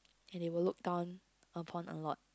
and it will look down upon a lot